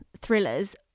thrillers